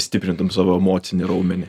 stiprintum savo emocinį raumenį